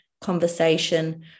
conversation